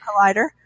Collider